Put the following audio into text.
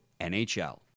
NHL